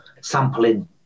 sampling